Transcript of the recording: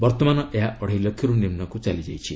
ବର୍ତ୍ତମାନ ଏହା ଅଢ଼େଇ ଲକ୍ଷରୁ ନିମ୍ନକୁ ଚାଲିଯାଇଛି